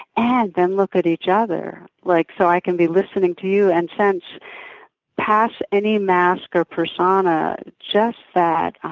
and then look at each other like so i can be listening to you and sense past any mask or persona just that ah